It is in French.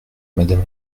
madame